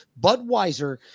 Budweiser